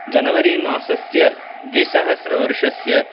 January मासस्य द्विसहस्रवर्षस्य